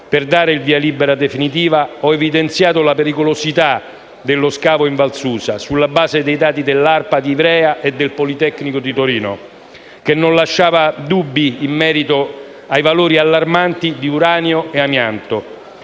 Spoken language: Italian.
per dare il via libera definitivo, io ho evidenziato la pericolosità dello scavo in Val Susa, sulla base dei dati dell'ARPA di Ivrea e del Politecnico di Torino, che non lasciavano dubbi in merito ai valori allarmanti di uranio e amianto.